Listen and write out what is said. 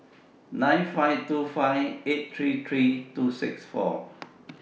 nine five two five eight three three two six four